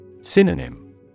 Synonym